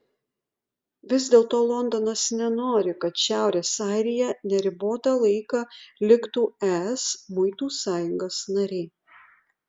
vis dėlto londonas nenori kad šiaurės airija neribotą laiką liktų es muitų sąjungos narė